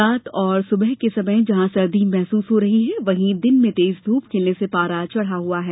रात और सुबह के समय जहां सर्दी महसूस हो रही है वही दिन में तेज धूप खिलने से पारा चढ़ा हुआ है